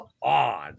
on